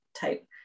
type